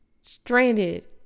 stranded